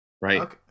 Right